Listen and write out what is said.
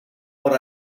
what